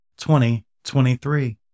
2023